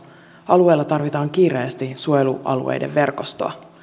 alueella tarvitaan kiireesti suojelualueiden verkostoa